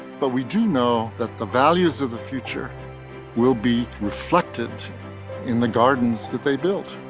but we do know that the values of the future will be reflected in the gardens that they built,